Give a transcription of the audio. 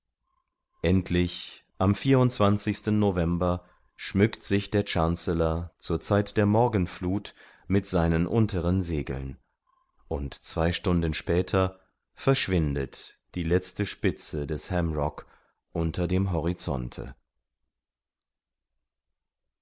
endlich am november schmückt sich der chancellor zur zeit der morgenfluth mit seinen unteren segeln und zwei stunden später verschwindet die letzte spitze des ham rock unter dem horizonte